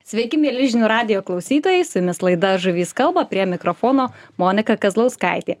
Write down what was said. sveiki mieli žinių radijo klausytojai su jumis laida žuvys kalba prie mikrofono monika kazlauskaitė